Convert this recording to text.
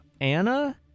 anna